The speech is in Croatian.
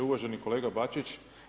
Uvaženi kolega BAčić.